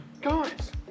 guys